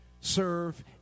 serve